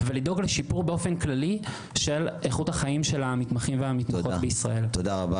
אנחנו נציג את לשר וככל שתמצאו לנכון --- תודה רבה.